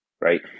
right